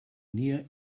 near